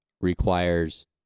requires